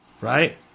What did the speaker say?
right